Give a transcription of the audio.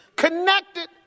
Connected